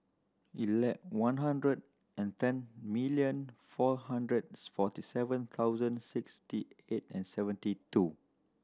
one hundred and ten million four hundred forty seven thousand sixty eight and seventy two